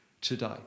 today